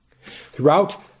Throughout